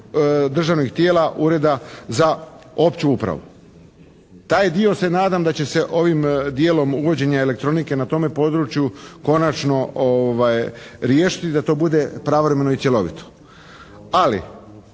državnih tijela, Ureda za opću upravu. Taj dio se nadam da će se ovim dijelom uvođenja elektronike na tome području konačno riješiti da to bude pravovremeno i cjelovito. Ali